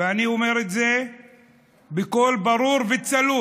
ואני אומר את זה בקול ברור וצלול.